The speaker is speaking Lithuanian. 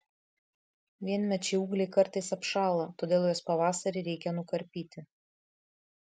vienmečiai ūgliai kartais apšąla todėl juos pavasarį reikia nukarpyti